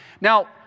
Now